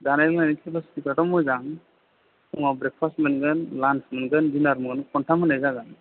जानाय लोंनाय केपासिटिफ्राथ' मोजां फुङाव ब्रेकफास्ट मोनगोन लानश मोनगोन डिनारजों खन्थाम होनाय जागोन